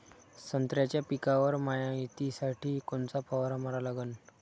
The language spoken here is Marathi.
संत्र्याच्या पिकावर मायतीसाठी कोनचा फवारा मारा लागन?